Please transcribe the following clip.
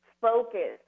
focus